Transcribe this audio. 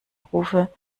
rufe